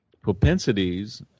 propensities